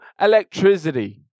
electricity